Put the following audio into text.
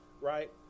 right